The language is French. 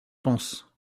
pense